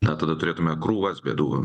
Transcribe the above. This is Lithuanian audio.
na tada turėtume krūvas bėdų